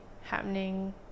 happening